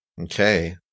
Okay